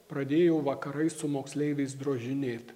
pradėjau vakarais su moksleiviais drožinėt